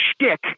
shtick